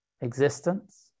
existence